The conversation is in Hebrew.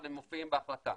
אבל הם מופיעים בהחלטה.